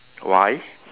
why